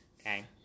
Okay